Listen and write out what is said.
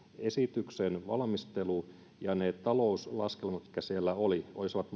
esityksen valmistelu ja ne talouslaskelmat mitkä siellä olivat olisivat